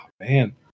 Man